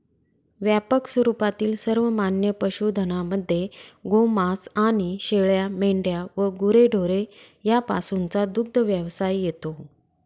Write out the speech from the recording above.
व्यापक स्वरूपातील सर्वमान्य पशुधनामध्ये गोमांस आणि शेळ्या, मेंढ्या व गुरेढोरे यापासूनचा दुग्धव्यवसाय येतो